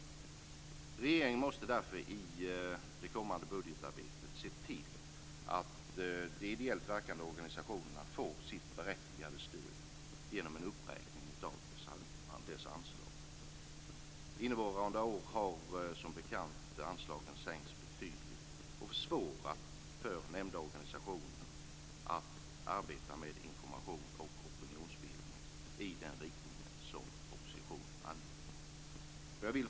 Regeringen måste därför i det kommande budgetarbetet se till att de ideellt verkande organisationerna får sitt berättigade stöd genom en uppräkning av deras anslag. Innevarande år har som bekant anslagen sänkts betydligt. Det har försvårat för nämnda organisationer att arbeta med information och opinionsbildning i den riktning som propositionen anger.